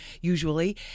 usually